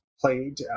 played